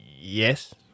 Yes